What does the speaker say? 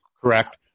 Correct